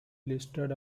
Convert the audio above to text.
listed